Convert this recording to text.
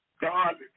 God